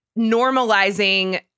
normalizing